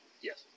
Yes